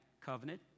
covenant